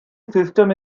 system